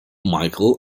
michael